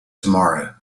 tomorrow